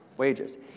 Wages